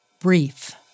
brief